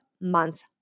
month's